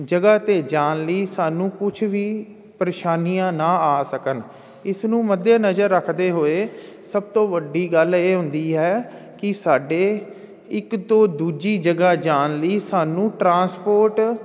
ਜਗ੍ਹਾ 'ਤੇ ਜਾਣ ਲਈ ਸਾਨੂੰ ਕੁਛ ਵੀ ਪਰੇਸ਼ਾਨੀਆਂ ਨਾ ਆ ਸਕਣ ਇਸ ਨੂੰ ਮੱਦੇ ਨਜ਼ਰ ਰੱਖਦੇ ਹੋਏ ਸਭ ਤੋਂ ਵੱਡੀ ਗੱਲ ਇਹ ਹੁੰਦੀ ਹੈ ਕਿ ਸਾਡੇ ਇੱਕ ਤੋਂ ਦੂਜੀ ਜਗ੍ਹਾ ਜਾਣ ਲਈ ਸਾਨੂੰ ਟਰਾਂਸਪੋਰਟ